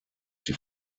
die